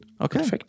Okay